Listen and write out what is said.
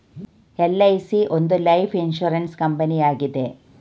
LIC ಒಂದು life insurance ಕಂಪನಿಯಾಗಿದೆ